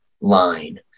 line